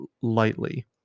lightly